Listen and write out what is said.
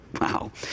Wow